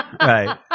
Right